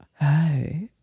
hi